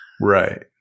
Right